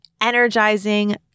energizing